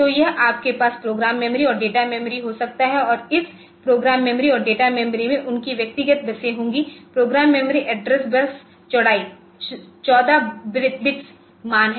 तो यह आपके पास प्रोग्राम मेमोरी और डेटा मेमोरी हो सकता है और इस प्रोग्राम मेमोरी और डेटा मेमोरी में उनकी व्यक्तिगत बसें होंगी प्रोग्राम मेमोरी एड्रेस बस चौड़ाई 14 बिट्स मान है